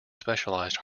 specialized